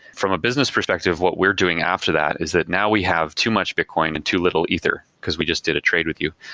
from a business perspective, what we're doing after that is that now we have too much bitcoin and too little ether, because we just did a trade with you.